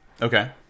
okay